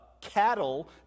cattle